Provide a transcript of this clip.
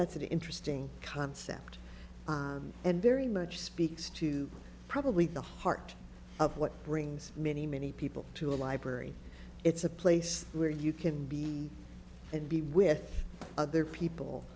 that's an interesting concept and very much speaks to probably the heart of what brings many many people to a library it's a place where you can be and be with other people